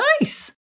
Nice